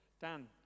Dan